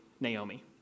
Naomi